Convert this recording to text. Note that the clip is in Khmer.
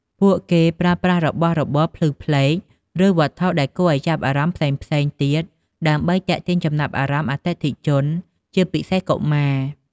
ពួកគេប្រើប្រាស់របស់របរភ្លឺផ្លេក ឬវត្ថុដែលគួរឱ្យចាប់អារម្មណ៍ផ្សេងៗទៀតដើម្បីទាក់ទាញចំណាប់អារម្មណ៍អតិថិជន ជាពិសេសកុមារ។